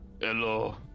Hello